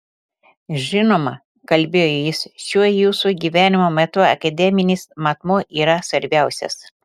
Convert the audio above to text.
žinoma kalbėjo jis šiuo jūsų gyvenimo metu akademinis matmuo yra svarbiausias